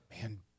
man